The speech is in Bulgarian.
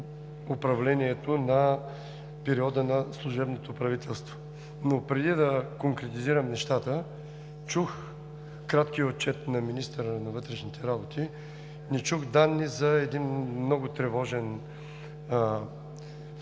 управлението на периода на служебното правителство. Но преди да конкретизирам нещата, чух краткия отчет на министъра на вътрешните работи, не чух данни за един много тревожен факт,